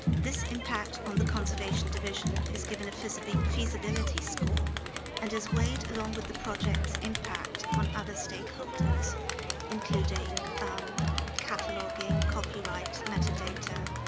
this impact on the conservation division is given a feasibility feasibility score and is weighed along with the project's impact on other stakeholders including cataloging copyright, metadata